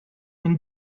and